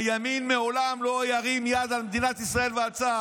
הימין לעולם לא ירים יד על מדינת ישראל ועל צה"ל,